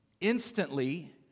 instantly